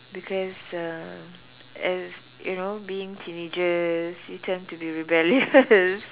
because uh as you know being teenagers you tend to be rebellious